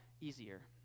easier